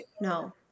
no